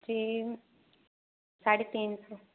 तीन साढ़े तीन सौ